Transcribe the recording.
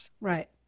Right